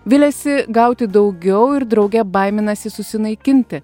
viliasi gauti daugiau ir drauge baiminasi susinaikinti